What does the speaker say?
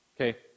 Okay